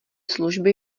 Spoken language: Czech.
služby